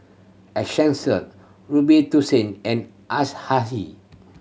Essential Robitussin and